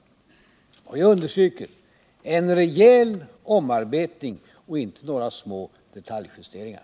Jag understryker att det skall vara en rejäl omarbetning och inte några små detaljjusteringar!